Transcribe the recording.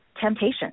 temptation